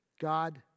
God